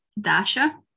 Dasha